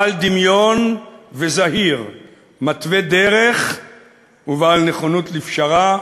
בעל דמיון וזהיר, מתווה דרך ובעל נכונות לפשרה,